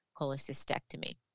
cholecystectomy